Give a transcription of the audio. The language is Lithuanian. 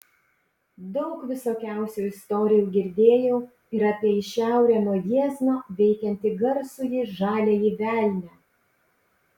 daug visokiausių istorijų girdėjau ir apie į šiaurę nuo jiezno veikiantį garsųjį žaliąjį velnią